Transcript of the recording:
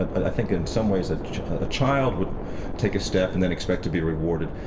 and i think, in some ways ah a child would take a step and then expect to be rewarded.